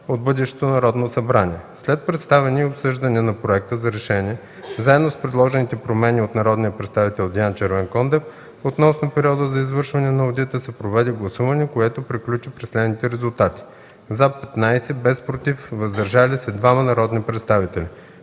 от бъдещото Народно събрание. След представяне и обсъждане на проекта за решение заедно с предложените промени от народния представител Диан Червенкондев относно периода за извършване на одита, се проведе гласуване, което приключи при следните резултати: “За” – 15, без “Против”, “Въздържали се” – двама народни представители.